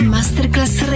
Masterclass